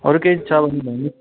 अरू केही छ भने भन्नुहोस्